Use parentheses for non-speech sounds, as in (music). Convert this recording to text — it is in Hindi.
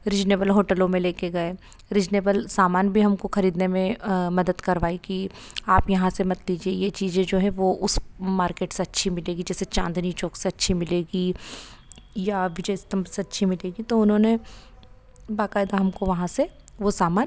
रीजनेबल होटलों में ले के गए रीजनेबल सामान भी हमको खरीदने में मदद करवाई कि आप यहाँ से मत लीजिए ये चीज़ें जो हैं वो उस मार्केट से अच्छी मिलेगी जैसे चाँदनी चौक से अच्छी मिलेगी या अभी जैसे (unintelligible) से अच्छी मिलेगी तो उन्होंने बकायदा हमको वहाँ से वो सामान